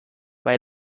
bei